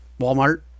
Walmart